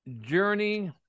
journey